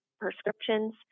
prescriptions